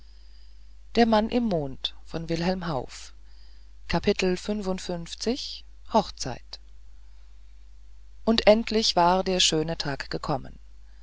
hochzeit und endlich war der schöne tag gekommen